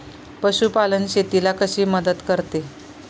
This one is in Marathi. पशुपालन शेतीला कशी मदत करते?